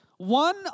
One